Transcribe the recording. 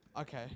Okay